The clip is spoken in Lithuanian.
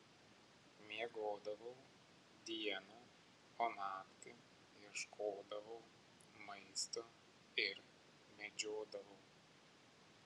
miegodavau dieną o naktį ieškodavau maisto ir medžiodavau